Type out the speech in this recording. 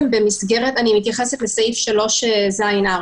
אני מתייחסת לסעיף 3ז(4)